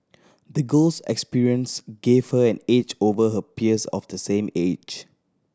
the girl's experience gave her an edge over her peers of the same age